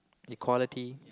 equality